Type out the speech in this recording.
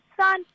son